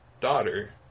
daughter